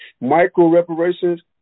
Micro-reparations